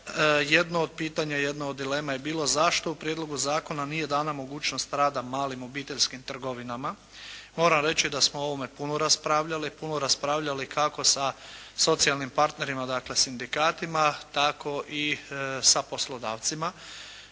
jedno od pitanja, jedno od dilema je bilo zašto u Prijedlogu zakona nije dana mogućnost rada malim obiteljskim trgovinama? Moram reći da smo o ovome puno raspravljali, puno raspravljali kako sa socijalnim partnerima, dakle, sindikatima, tako i sa poslodavcima.